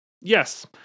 Yes